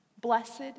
Blessed